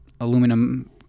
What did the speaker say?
aluminum